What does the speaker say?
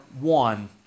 one